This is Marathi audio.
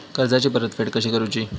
कर्जाची परतफेड कशी करूची?